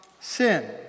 sin